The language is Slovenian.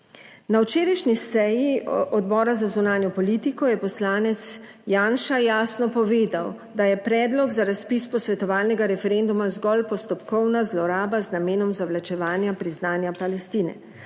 Na včerajšnji seji Odbora za zunanjo politiko je poslanec Janša jasno povedal, da je predlog za razpis posvetovalnega referenduma zgolj postopkovna zloraba z namenom zavlačevanja priznanja Palestine.